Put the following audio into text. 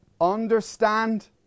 Understand